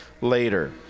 later